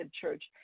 church